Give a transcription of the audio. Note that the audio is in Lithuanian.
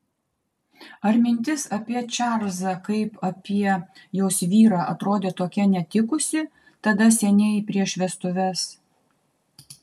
ar mintis apie čarlzą kaip apie jos vyrą atrodė tokia netikusi tada seniai prieš vestuves